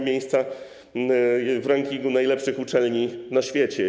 miejsca w rankingu najlepszych uczelni na świecie.